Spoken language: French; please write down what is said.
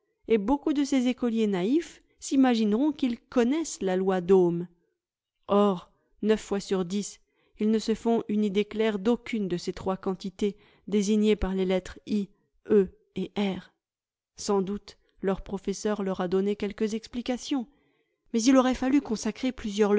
et beaucoup de ces écoliers naïfs s'imagineront qu'ils connaissent la loi d'ohm or neuf fois sur dix ils ne se font une idée claire d'aucune de ces trois quantités désignées par les lettres i e et r sans doute leur professeur leur a donné quelques explications mais il aurait fallu consacrer plusieurs